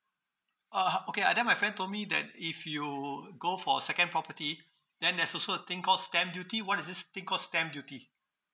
(uh huh) okay I then my friend told me that if you go for a second property then there's also a thing call stamp duty what is this thing call stamp duty